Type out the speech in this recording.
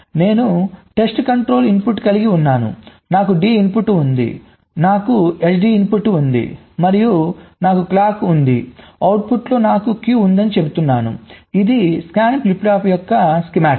నేను test control input కలిగి ఉన్నాను నాకు డి ఇన్పుట్ ఉంది నాకు ఎస్డి ఇన్పుట్ ఉంది మరియు నాకు క్లాక్ ఉంది అవుట్పుట్ లో నాకు Q ఉందని చెప్తున్నాను ఇది స్కాన్ ఫ్లిప్ ఫ్లాప్ యొక్క స్కీమాటిక్